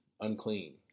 unclean